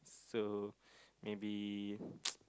so maybe